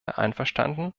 einverstanden